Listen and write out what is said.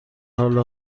حال